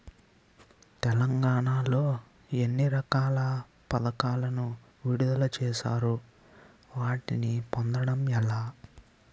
తెలంగాణ లో ఎన్ని రకాల పథకాలను విడుదల చేశారు? వాటిని పొందడం ఎలా?